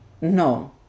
No